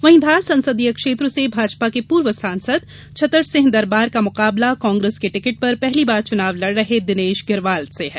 वहीं धार संसदीय क्षेत्र से भाजपा के पूर्व सांसद छतर सिंह दरबार का मुकाबला कांग्रेस के टिकट पर पहली बार चुनाव लड़ रहे दिनेश गिरवाल से है